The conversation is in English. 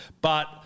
But-